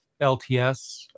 LTS